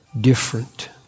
different